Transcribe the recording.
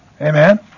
Amen